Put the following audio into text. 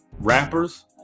rappers